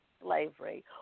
slavery